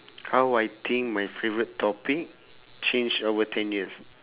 how I think my favourite topic change over ten years